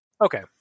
Okay